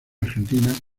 argentina